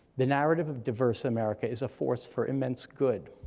the narrative of diverse america is a force for immense good,